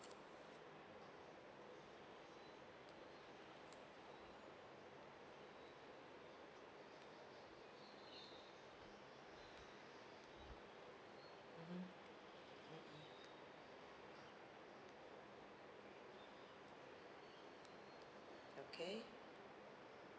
mmhmm okay